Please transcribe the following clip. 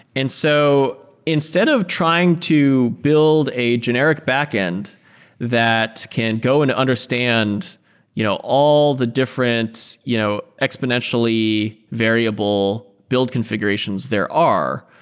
and so instead of trying to build a generic backend that can go and understand you know all the different you know exponentially variable build configurations there are,